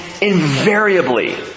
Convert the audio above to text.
invariably